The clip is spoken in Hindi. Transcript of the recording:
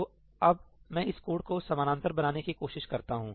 तो अब मैं इस कोड को समानांतर बनाने की कोशिश करता हूं